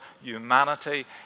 humanity